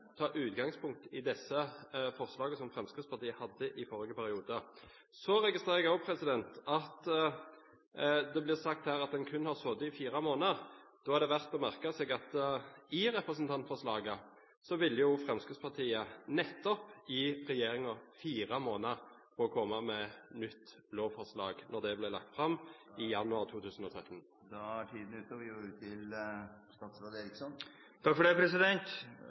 ta utgangspunkt i det forslaget som Fremskrittspartiet fremmet i forrige periode? Så registrerer jeg at det ble sagt at en kun hadde sittet i fire måneder. Da er det verdt å merke seg at i representantforslaget som ble lagt fram i januar 2013, ville Fremskrittspartiet gi regjeringen nettopp fire måneder på å komme med et nytt lovforslag. Jeg kunne ha svart bare ja på det